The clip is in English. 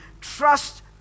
trust